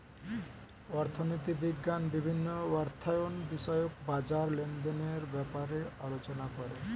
অর্থনীতি বিজ্ঞান বিভিন্ন অর্থায়ন বিষয়ক বাজার লেনদেনের ব্যাপারে আলোচনা করে